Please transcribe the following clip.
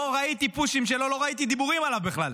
לא ראיתי פושים שלו, לא ראיתי דיבורים עליו בכלל,